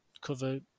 cover